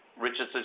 Richardson